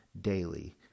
Daily